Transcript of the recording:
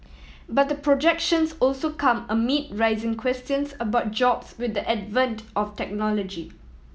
but the projections also come amid rising questions about jobs with the advent of technology